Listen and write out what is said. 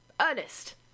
Ernest